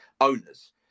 owners